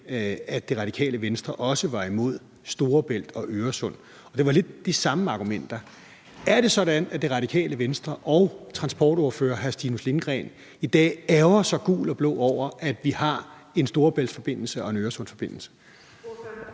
at Radikale Venstre også var imod Storebælts- og Øresundsforbindelserne, og det var lidt de samme argumenter. Er det sådan, at Radikale Venstre og transportordfører hr. Stinus Lindgreen i dag ærgrer sig gul og blå over, at vi har en Storebæltsforbindelse og en Øresundsforbindelse?